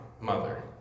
mother